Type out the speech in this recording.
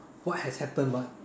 what has happened but